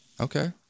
Okay